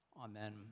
Amen